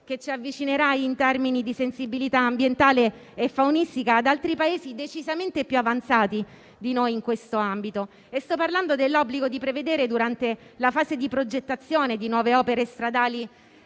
che ci avvicinerà, in termini di sensibilità ambientale e faunistica, ad altri Paesi decisamente più avanzati di noi in questo ambito. Sto parlando dell'obbligo di prevedere, durante la fase di progettazione di nuove opere stradali,